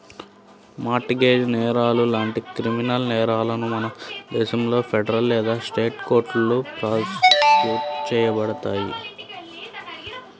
mart gauge నేరాలు లాంటి criminal నేరాలను మన దేశంలో ఫెడరల్ లేదా స్టేట్ కోర్టులో ప్రాసిక్యూట్ చేయబడతాయి